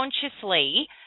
consciously